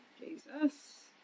Jesus